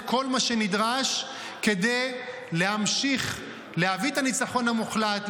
כל מה שנדרש כדי להמשיך להביא את הניצחון המוחלט,